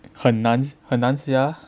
很难很难 sia